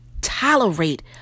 tolerate